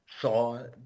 saw